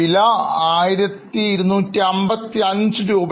വില 1255 രൂപ